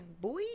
Boy